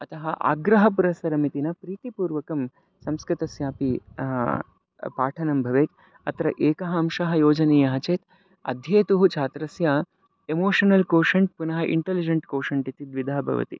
अतः आग्रहपुरस्सरम् इति न प्रीतिपूर्वकं संस्कृतस्यापि पाठनं भवेत् अत्र एकः अंशः योजनीयः चेत् अध्येतुः छात्रस्य इमोशनल् कोशन्ट् पुनः इन्टलिजेन्ट् कोशन्ट् इति द्विधा भवति